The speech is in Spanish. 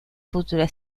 futura